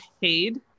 paid